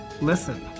listen